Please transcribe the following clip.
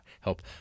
help